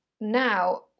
now